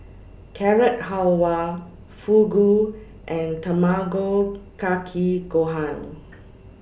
Carrot Halwa Fugu and Tamago Kake Gohan